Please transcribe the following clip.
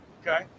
Okay